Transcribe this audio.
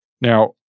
Now